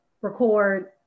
record